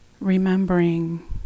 remembering